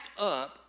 up